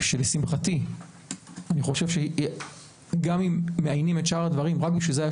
21. מ-12:00 עד 9:00. 20 או 22 או 21, זה יותר